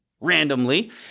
randomly